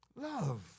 love